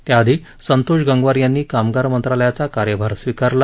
त्याआधी संतोष गंगवार यांनी कामगार मंत्रालयाचा कार्यभार स्वीकारला